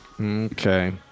Okay